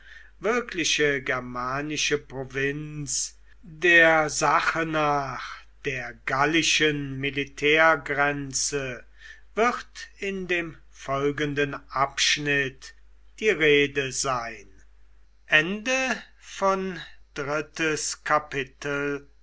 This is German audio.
wirklich germanische provinz der sache nach der gallischen militärgrenze wird in dem folgenden abschnitt die rede sein